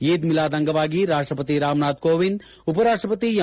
ಈದ್ ಮಿಲಾದ್ ಅಂಗವಾಗಿ ರಾಷ್ಷಪತಿ ರಾಮನಾಥ್ ಕೋವಿಂದ್ ಉಪರಾಷ್ಟಪತಿ ಎಂ